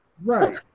Right